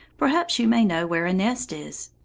perhaps you may know where a nest is,